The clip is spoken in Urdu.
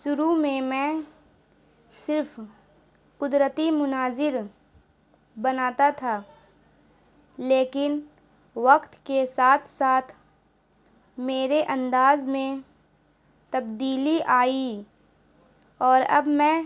شروع میں میں صرف قدرتی مناظر بناتا تھا لیکن وقت کے ساتھ ساتھ میرے انداز میں تبدیلی آئی اور اب میں